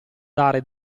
dare